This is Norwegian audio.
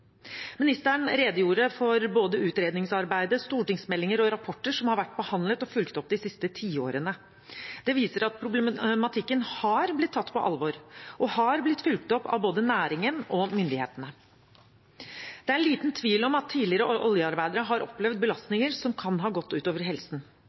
Ministeren redegjorde for både utredningsarbeid, stortingsmeldinger og rapporter som har vært behandlet og fulgt opp de siste tiårene. Det viser at problematikken har blitt tatt på alvor og fulgt opp av både næringen og myndighetene. Det er liten tvil om at tidligere oljearbeidere har opplevd